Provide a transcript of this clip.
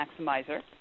Maximizer